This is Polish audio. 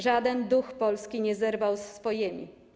Żaden duch polski nie zerwał z swojemi,